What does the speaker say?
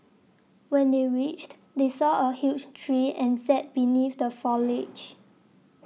when they reached they saw a huge tree and sat beneath the foliage